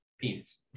penis